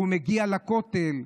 והוא מגיע לכותל,